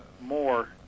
more